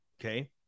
Okay